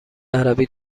عربی